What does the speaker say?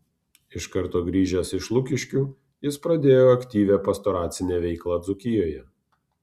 iš karto grįžęs iš lukiškių jis pradėjo aktyvią pastoracinę veiklą dzūkijoje